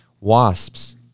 Wasps